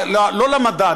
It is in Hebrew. לא למדד,